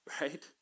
right